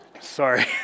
sorry